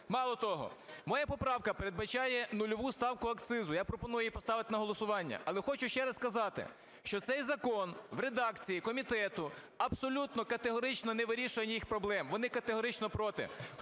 Мало того, моя поправка передбачає нульову ставку акцизу. Я пропоную її поставити на голосування. Але хочу ще раз сказати, що цей закон в редакції комітету абсолютно категорично не вирішує їх проблем, вони категорично проти.